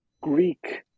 greek